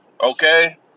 Okay